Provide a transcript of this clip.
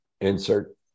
Insert